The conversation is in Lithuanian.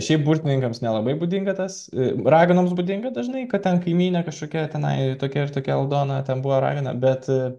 šiaip burtininkams nelabai būdinga tas raganoms būdinga dažnai kad ten kaimynė kažkokia tenai tokia ir tokia aldona ten buvo ragana bet